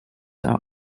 are